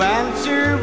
answer